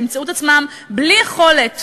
שימצאו את עצמם בלי יכולת